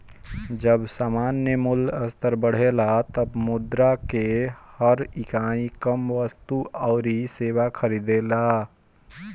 जब सामान्य मूल्य स्तर बढ़ेला तब मुद्रा कअ हर इकाई कम वस्तु अउरी सेवा खरीदेला